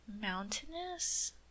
mountainous